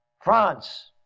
France